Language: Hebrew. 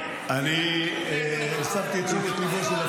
--- אני אתקן אותך, מיקי זוהר הוא וזיר